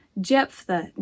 Jephthah